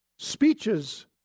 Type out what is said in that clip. Speeches